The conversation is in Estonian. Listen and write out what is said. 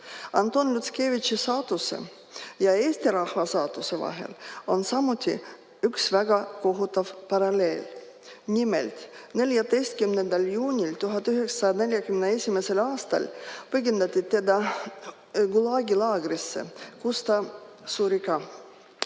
Anton Lutskevitši saatuse ja Eesti rahva saatuse vahel on samuti üks väga kohutav paralleel. Nimelt, 14. juunil 1941. aastal pagendati ta Gulagi laagrisse, kus ta ka